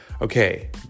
okay